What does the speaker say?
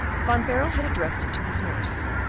van baerle had addressed it to his nurse,